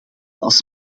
als